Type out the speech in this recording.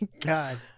god